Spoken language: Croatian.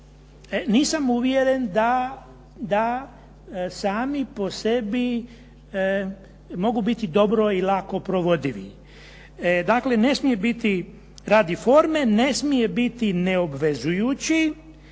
nisam uvjeren da sami po sebi mogu biti dobro i lako provodivi. Dakle, ne smije biti radi forme, ne smije biti neobvezujući